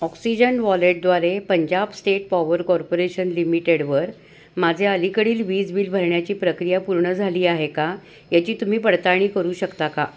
oxygen वॉलेटद्वारे Punjab State Power Corporation लिमिटेडवर माझे अलीकडील वीज बिल भरण्याची प्रक्रिया पूर्ण झाली आहे का याची तुम्ही पडताळणी करू शकता का